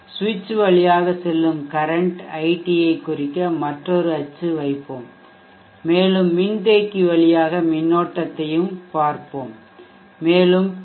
சுவிட்ச் வழியாக செல்லும் கரன்ட் ஐடியைக் குறிக்க மற்றொரு அச்சு வைப்போம் மேலும் மின்தேக்கி வழியாக மின்னோட்டத்தையும் பார்ப்போம் மேலும் பி